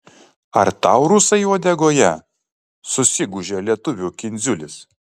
ar tau rusai uodegoje susigūžia lietuvių kindziulis